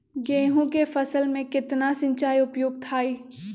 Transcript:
गेंहू के फसल में केतना सिंचाई उपयुक्त हाइ?